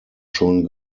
schon